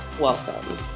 welcome